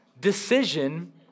decision